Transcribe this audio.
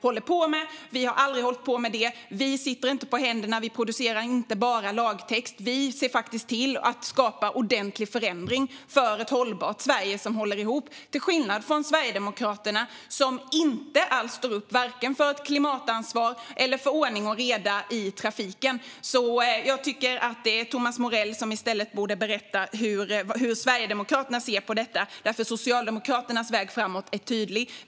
Det har vi aldrig gjort. Vi producerar inte bara lagtext utan vi skapar ordentlig förändring för ett hållbart Sverige som håller ihop - till skillnad från Sverigedemokraterna, som varken tar klimatansvar eller står upp för ordning och reda i trafiken. Thomas Morell borde i stället berätta hur Sverigedemokraterna ser på detta, för Socialdemokraternas väg framåt är tydlig.